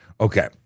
Okay